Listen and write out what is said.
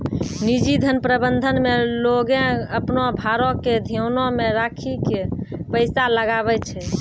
निजी धन प्रबंधन मे लोगें अपनो भारो के ध्यानो मे राखि के पैसा लगाबै छै